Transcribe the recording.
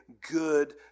good